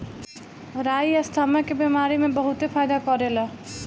राई asthma के बेमारी में बहुते फायदा करेला